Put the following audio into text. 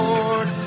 Lord